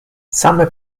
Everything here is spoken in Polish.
same